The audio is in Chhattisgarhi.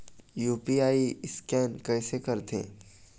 यू.पी.आई स्कैन कइसे करथे?